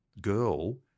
girl